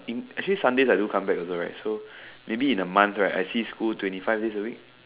in actually Sundays I do come back also right so maybe in a month right I see school twenty five days a week